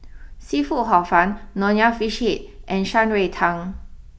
Seafood Hor fun Nonya Fish Head and Shan Rui Tang